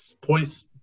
Points